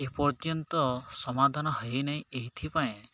ଏପର୍ଯ୍ୟନ୍ତ ସମାଧାନ ହୋଇନାହିଁ ଏଇଥିପାଇଁ